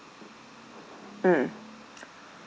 mm